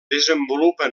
desenvolupa